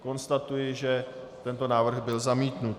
Konstatuji, že tento návrh byl zamítnut.